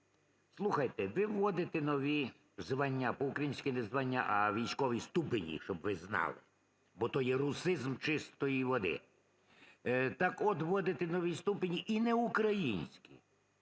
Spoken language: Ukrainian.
Слухайте, ви вводите нові звання, по-українськи не "звання", а "військові ступені", щоб ви знали, бо то є русизм чистої води. Так от, вводите нові ступені, і не українські